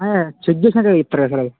check చేసినాక ఇప్పుతారా sir అవి